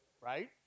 right